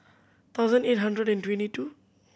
thousand eight hundred and twenty two